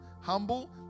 humble